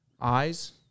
Eyes